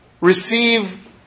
receive